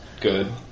Good